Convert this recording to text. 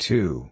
Two